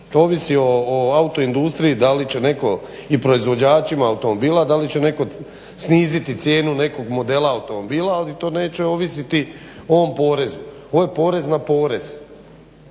To ovisi o auto industriji da li će netko i proizvođačima automobila da li će netko sniziti cijenu nekog modela automobila, ali to neće ovisiti o ovom porezu. Ovo je porez na porez.